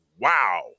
Wow